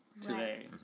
today